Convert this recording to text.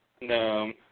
No